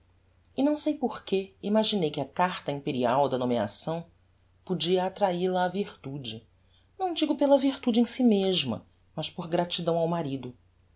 e não sei por que imaginei que a carta imperial da nomeação podia attraíl a á virtude não digo pela virtude em si mesma mas por gratidão ao marido